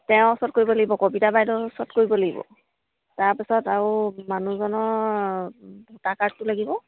তেওঁৰ ওচৰত কৰিব লাগিব কবিতা বাইদেউৰ ওচৰত কৰিব লাগিব তাৰপাছত আৰু মানুহজনৰ ভোটাৰ কাৰ্ডটো লাগিব